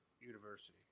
University